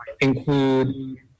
include